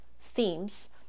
themes